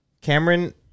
Cameron